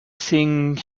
think